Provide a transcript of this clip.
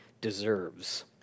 deserves